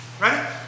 Ready